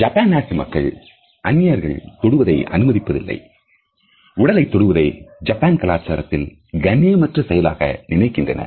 Japan நாட்டு மbக்கள் அந்நியர்கள் தொடுவதை அனுமதிப்பதில்லை உடலைத் தொடுவதை ஜப்பான் கலாச்சாரத்தில் கண்ணியமற்ற செயலாக நினைக்கின்றனர்